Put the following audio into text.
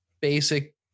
basic